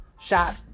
shot